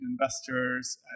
investors